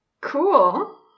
Cool